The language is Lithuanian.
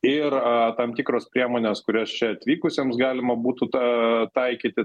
ir tam tikros priemonės kurias čia atvykusiems galima būtų ta taikyti